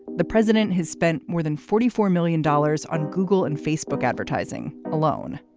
the president has spent more than forty four million dollars on google and facebook advertising alone.